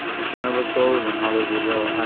if one of us go, then all of us will go.